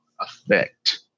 effect